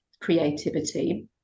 creativity